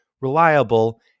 reliable